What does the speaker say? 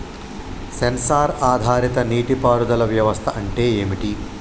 Censor ఆధారిత నీటి పారుదల వ్యవస్థ అంటే ఏమిటి?